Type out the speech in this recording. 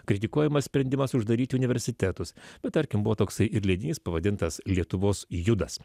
kritikuojamas sprendimas uždaryti universitetus bet tarkim buvo toksai ir leidinys pavadintas lietuvos judas